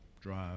drive